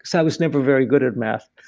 so i was never very good at math.